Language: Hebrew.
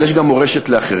אבל יש גם מורשת לאחרים,